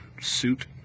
suit